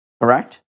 correct